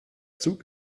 zug